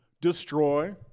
destroy